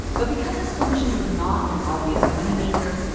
but because his solution was not an obvious moneymaker,